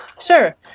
Sure